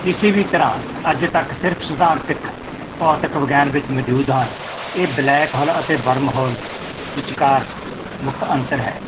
ਕਿਸੀ ਵੀ ਤਰ੍ਹਾਂ ਅੱਜ ਤੱਕ ਸਿਰਫ ਸਿਧਾਂਤਿਕ ਭੌਤਿਕ ਵਿਗਿਆਨ ਵਿੱਚ ਮੌਜੂਦ ਹਨ ਇਹ ਬਲੈਕ ਹੋਲ ਅਤੇ ਬਰਮਹੋਲ ਵਿਚਕਾਰ ਮੁੱਖ ਅੰਤਰ ਹੈ